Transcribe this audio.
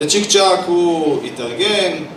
צ'יק צ'אק הוא התארגן